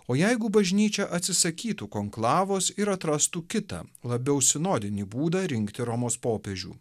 o jeigu bažnyčia atsisakytų konklavos ir atrastų kitą labiau sinodinį būdą rinkti romos popiežių